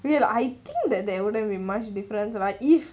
wait I think that there wouldn't be much difference right if